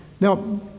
Now